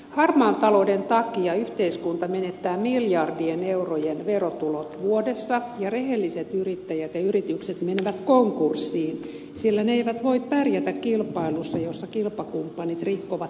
harmaan talouden takia yhteiskunta menettää miljardien eurojen verotulot vuodessa ja rehelliset yrittäjät ja yritykset menevät konkurssiin sillä ne eivät voi pärjätä kilpailussa jossa kilpakumppanit rikkovat yhteisiä pelisääntöjä